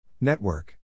Network